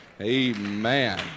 Amen